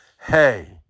hey